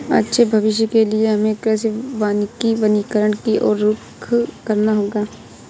अच्छे भविष्य के लिए हमें कृषि वानिकी वनीकरण की और रुख करना होगा